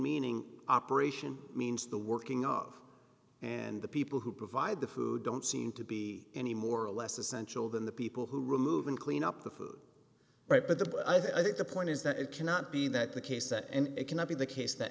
meaning operation means the working of and the people who provide the food don't seem to be any more or less essential than the people who remove and clean up the food right but the i think the point is that it cannot be that the case and it cannot be the case that